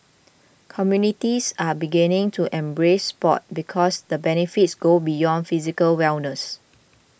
communities are beginning to embrace sport because the benefits go beyond physical wellness